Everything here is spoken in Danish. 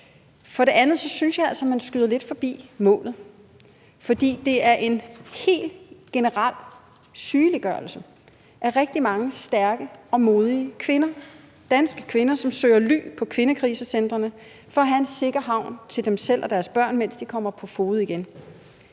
For det andet synes jeg altså, man skyder lidt forbi målet, for det er en helt generel sygeliggørelse af rigtig mange stærke og modige danske kvinder, som søger ly på kvindekrisecentrene for at have en sikker havn til dem selv og deres børn, mens de kommer på fode igen.